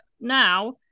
now